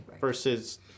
versus